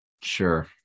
sure